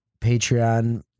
Patreon